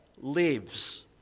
lives